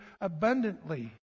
abundantly